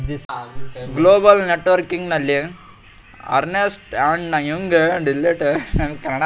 global ನೆಟ್ವರ್ಕಿಂಗ್ನಲ್ಲಿ Ernst and Young, Deloitte, KPMG ಈ ನಾಲ್ಕು ಗುಂಪುಗಳಿವೆ